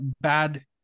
bad